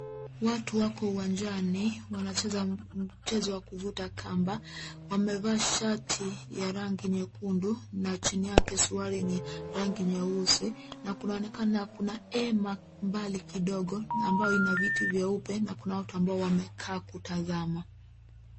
Watu wako uwanjani wanacheza mchezo wa kuvuta kamba, wamevaa shati, ya rangi nyekundu, na chini yake suruali ni rangi nyeusi, na kunaonekana kuna hema mbali kidogo, na ambao ina viti vyeupe na kuna watu ambao wamekaa kutazama.